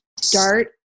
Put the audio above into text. start